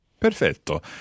Perfetto